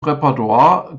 repertoire